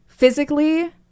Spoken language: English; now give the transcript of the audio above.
physically